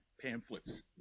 pamphlets